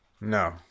No